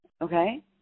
Okay